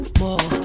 more